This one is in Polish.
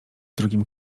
drugim